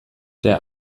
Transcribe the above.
der